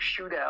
shootout